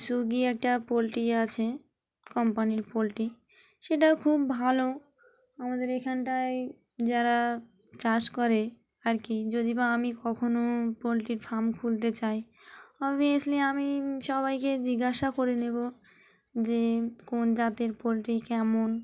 একটা পোলট্রি আছে কোম্পানির পোলট্রি সেটা খুব ভালো আমাদের এখানটায় যারা চাষ করে আর কি যদি বা আমি কখনও পোলট্রির ফার্ম খুলতে চাই অবভিয়াসলি আমি সবাইকে জিজ্ঞাসা করে নেব যে কোন জাতের পোলট্রি কেমন